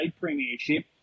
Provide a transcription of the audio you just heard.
Premiership